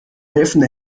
helfende